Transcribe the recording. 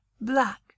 black